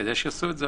כדי שיעשו את זה,